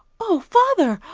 oh, father!